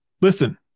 listen